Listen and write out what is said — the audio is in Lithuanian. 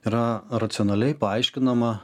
yra racionaliai paaiškinama